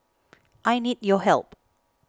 I need your help